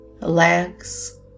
legs